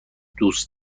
دوست